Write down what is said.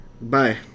Bye